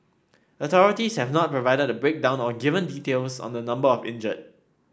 authorities have not provided a breakdown or given details on the number of injured